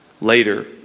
Later